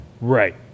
Right